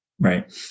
Right